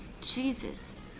Jesus